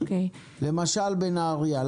למשל בנהריה,